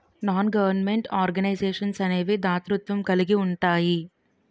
non government organisations అనేవి దాతృత్వం కలిగి ఉంటాయి